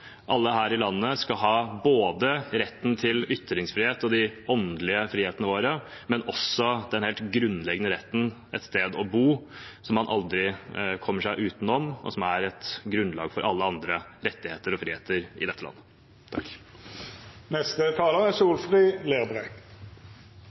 Alle her i landet skal ha både rett til ytringsfrihet og de åndelige frihetene våre og den helt grunnleggende retten det er å ha et sted å bo, som man aldri kommer utenom, og som er et grunnlag for alle andre rettigheter og friheter i dette landet. Når me har fremja grunnlovsforslaget om rett til bustad, er